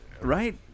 Right